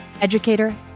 educator